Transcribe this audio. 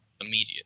immediate